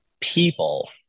people